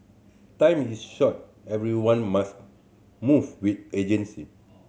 time is short everyone must move with urgency